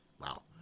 Wow